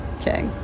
okay